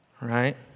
Right